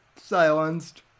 silenced